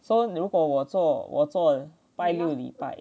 so 你如果我做我做拜六礼拜